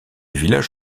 village